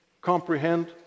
comprehend